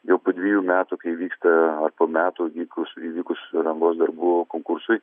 jau po dvejų metų kai įvyksta ar po metų vykus įvykusių rangos darbų konkursui